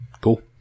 Cool